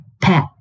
pet